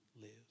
lives